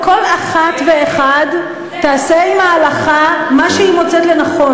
כל אחת ואחד תעשה עם ההלכה מה שהיא מוצאת לנכון.